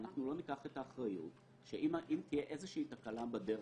אנחנו לא ניקח את האחריות שאם תהיה איזושהי תקלה בדרך,